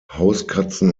hauskatzen